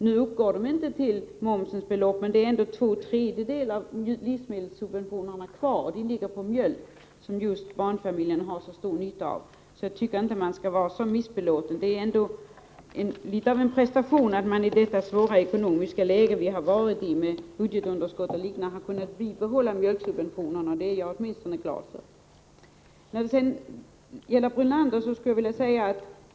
Nu uppgår visserligen inte subventionerna till momsens belopp, men vi har ändå kvar två tredjedelar av subventionerna. De går till mjölk, vilket just barnfamiljerna har stor nytta av. Därför tycker jag inte att man har anledning att vara så missbelåten. Det är ändå något av en prestation att vi i detta svåra ekonomiska läge, med underskott och liknande, har kunnat bibehålla mjölksubventionerna. Det är åtminstone jag glad för. Till Lennart Brunander skulle jag vilja säga följande.